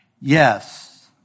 Yes